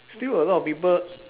still a lot of people